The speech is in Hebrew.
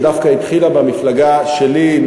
שדווקא התחילה במפלגה שלי,